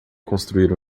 construir